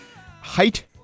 height